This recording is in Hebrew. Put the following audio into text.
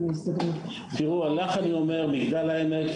לך אני אומר, מגדל העמק